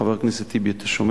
חבר הכנסת טיבי, אתה שומע?